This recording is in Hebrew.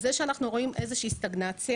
זה שאנחנו רואים איזה שהיא סטגנציה,